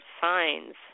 signs